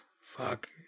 Fuck